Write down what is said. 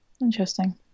Interesting